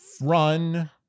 Run